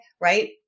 right